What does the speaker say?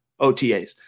OTAs